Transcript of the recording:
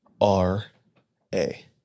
R-A